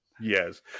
Yes